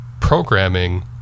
programming